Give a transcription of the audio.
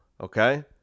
Okay